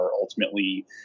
ultimately